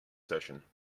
session